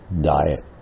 diet